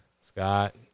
Scott